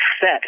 set